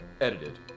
edited